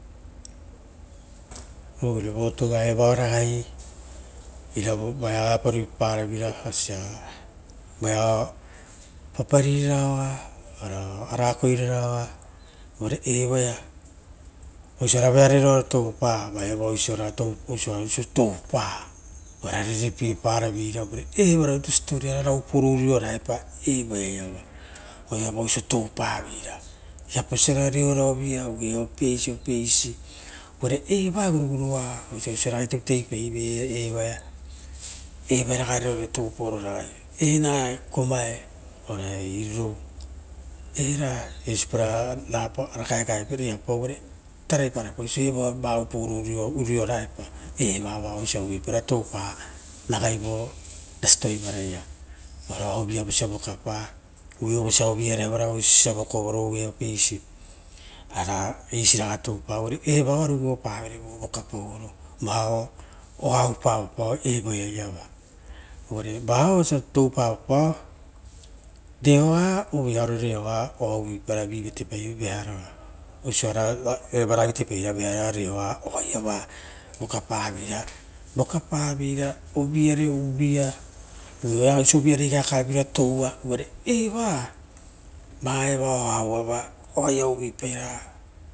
Oire votuva oia ragai, voeaoeapa ruipapara veira voea ragai paparinaravo ora koirareo a evoia osia va voea ie roaro toupa, oisora oisio toupa, ora rerepie paraveira evana rutu siposipoara, osora reora oavuia oisio ragai tavitavi paive evoia, eva ova e e eva gaegae ava uvare tarai paraepa aisie eva gaegae oro uronae vaoiso osia uvuipai ra toupa ragaivo rasito ivaraia varao viapauso vokapa, viapaso uvu iare avara oisiosa vokovovo, ari eisiraga toupa uvare eva ua umipa guroguropa vokapaoro. Vao ouvu evoia iava. Uvare vao osa tou pavopao, reoa, reoa uvuiaro reoa oaia uvuipaira vivatepaive, vearo a oisira evana vate paive, eva vearua reoa oaiava voka pa veira, vokapaveira uvuire uvi ia oisira rakuvira tou mare eva vaeva oa ouava oaia uvui paina